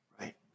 right